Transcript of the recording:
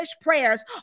prayers